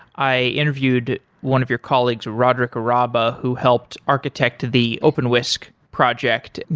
i interviewed one of your colleagues, roderickk rabbah who helped architect the openwhisk project.